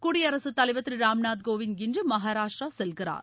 குடியரசுத் தலைவர் திரு ராம்நாத் கோவிந்த் இன்று மகாராஷ்டிரா செல்கிறார்